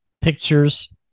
pictures